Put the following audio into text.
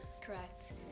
Correct